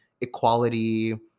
equality